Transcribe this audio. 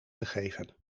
gegeven